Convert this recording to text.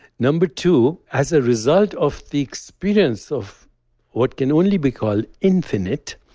number two, as a result of the experience of what can only be called infinite,